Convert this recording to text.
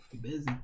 busy